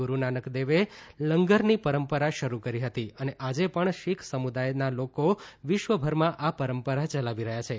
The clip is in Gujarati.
ગુડુનાનક દેવે લંગરની પરંપરા શરૂ કરી હતી અને આજે પણ શીખ સમુદાયના લોકો વિશ્વભરમાં આ પરંપરા ચલાવી રહ્યા છે